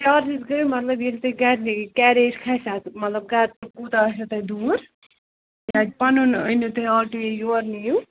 charges گٔے مطلب ییٚلہِ تُہۍ گَرِ یہِ کیریج کھَسہِ اَتھ مطلب گَرٕ کوٗتاہ آسیو تۄہہِ دوٗر کیٛازِ پَنُن أنِو تُہۍ آٹو یہِ یور نِیُو